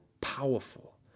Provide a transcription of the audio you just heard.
powerful